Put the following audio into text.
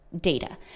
data